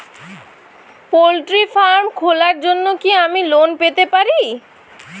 Poultry farm খোলার জন্য কি আমি লোন পেতে পারি?